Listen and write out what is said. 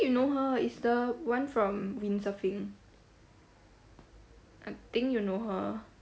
you know her it's the one from windsurfing I think you know her